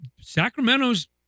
Sacramento's